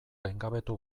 gaingabetu